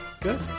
good